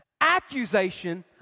Accusation